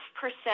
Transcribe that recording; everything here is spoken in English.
percent